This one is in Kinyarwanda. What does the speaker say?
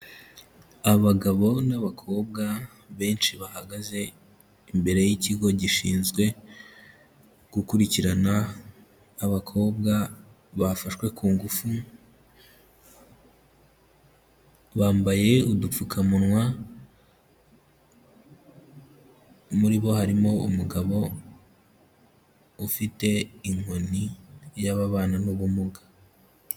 Abagabo n'abakobwa benshi bahagaze imbere y'ikigo gishinzwe gukurikirana abakobwa bafashwe ku ngufu, bambaye udupfukamunwa, muri bo harimo umugabo ufite inkoni y'ababana n'ubumuga.